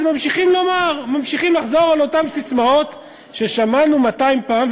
אז הם ממשיכים לחזור על אותן ססמאות ששמענו מאתיים פעם.